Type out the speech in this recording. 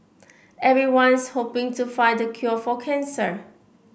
everyone's hoping to find the cure for cancer